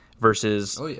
versus